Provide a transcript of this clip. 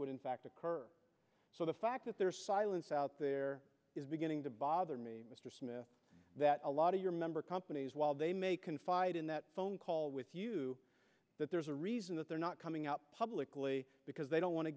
would in fact occur so the fact that there's silence out there is beginning to bother me mr smith that a lot of your member companies while they may confide in that phone call with you that there's a reason that they're not coming out publicly because they don't want to